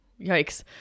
yikes